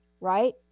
right